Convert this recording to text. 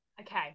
okay